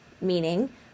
meaning